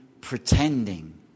pretending